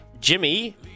Jimmy